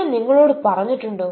ഞാൻ നിങ്ങളോട് പറഞ്ഞിട്ടുണ്ടോ